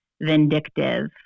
vindictive